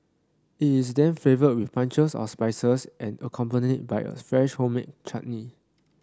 it is then flavoured with punches of spices and accompanied by a fresh homemade chutney